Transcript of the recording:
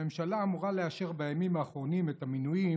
הממשלה אמורה לאשר בימים האחרונים את המינויים